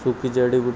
सूखी जड़ी बूटी